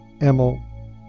Emil